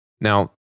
Now